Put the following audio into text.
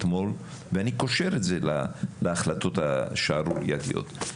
ואני קושר את זה להחלטות השערורייתיות,